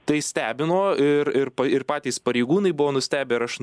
tai stebino ir ir ir patys pareigūnai buvo nustebę ir aš